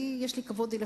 יש לי כבוד אליך,